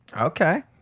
Okay